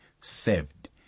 saved